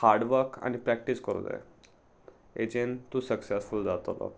hard work आनी practice करूं जाय हेजेन तूं सक्सेसफूल जातलो